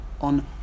on